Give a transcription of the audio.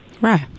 Right